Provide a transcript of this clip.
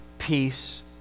peace